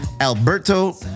Alberto